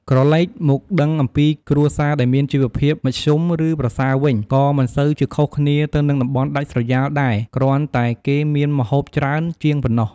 ក្រឡែកមកដឹងអំពីគ្រួសារដែលមានជីវភាពមធ្យមឬប្រសើរវិញ ក៏មិនសូវជាខុសគ្នាទៅនឹងតំបន់ដាច់ស្រយាលដែរគ្រាន់តែគេមានម្ហូបច្រើនជាងប៉ុណ្ណោះ។